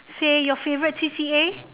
say your favourite C_C_A